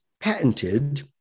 patented